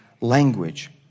language